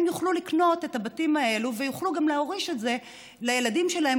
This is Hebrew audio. הם יוכלו לקנות את הבתים האלה ויוכלו גם להוריש את זה לילדים שלהם,